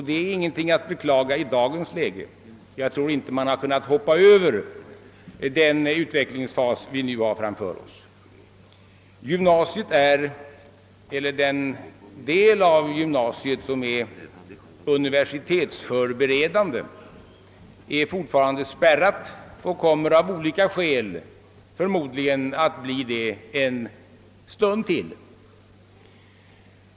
Det är ingenting att beklaga i dagens läge; jag tror inte att man hade kunnat hoppa över den utvecklingsfas vi nu har framför oss. Den del av gymnasiet som är universitetsförberedande är fortfarande spärrad och kommer av olika skäl förmodligen att bli det ett tag till.